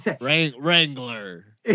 Wrangler